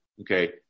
Okay